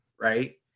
right